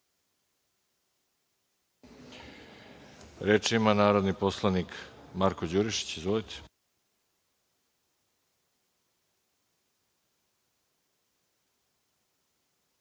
Reč ima narodni poslanik Marko Đurišić. Izvolite.